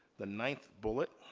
the ninth bullet,